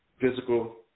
physical